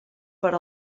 per